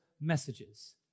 messages